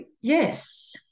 yes